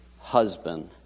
husband